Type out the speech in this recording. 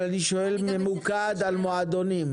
אבל אני שואל ממוקד על מועדונים.